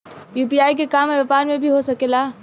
UPI के काम व्यापार में भी हो सके ला?